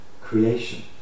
creation